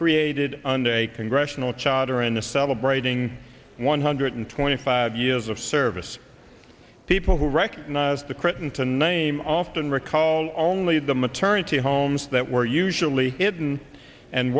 created under a congressional charter and the celebrating one hundred twenty five years of service people who recognize the kryten to name often recall only the maternity homes that were usually hidden and